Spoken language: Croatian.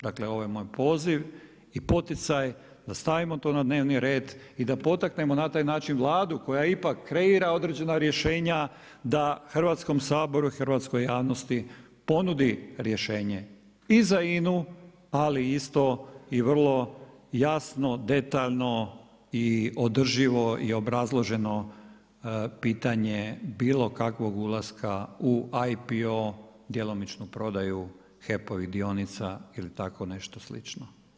Dakle, ovo je moj poziv i poticaj da stavimo to na dnevni red i da potaknemo na taj način Vladu koja ipak kreira određena rješenja da Hrvatskom saboru i hrvatskoj javnosti ponudi rješenje i za INA-u, ali isto i vrlo jasno, detaljno i održivo i obrazloženo pitanje bilo kakvog ulaska u IPO, djelomičnu prodaju HEP-ovih dionica ili tako nešto slično.